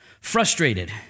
Frustrated